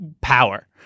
power